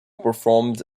performed